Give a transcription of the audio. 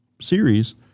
series